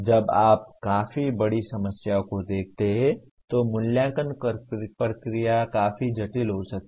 जब आप काफी बड़ी समस्याओं को देखते हैं तो मूल्यांकन प्रक्रिया काफी जटिल हो सकती है